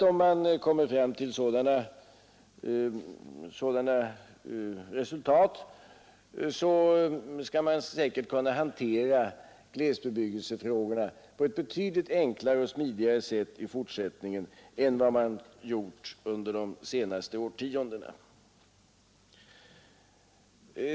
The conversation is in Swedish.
Om man kommer fram till sådana resultat skall man säkert kunna hantera glesbebyggelsefrågorna på ett betydligt enklare och smidigare sätt i fortsättningen än vad man gjort under de senaste årtiondena.